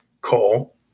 call